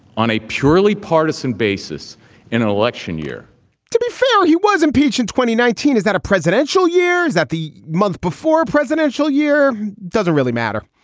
on a purely partisan basis in an election year to be fair, he was impeached in twenty nineteen. is that a presidential year? is that the month before a presidential year? doesn't really matter.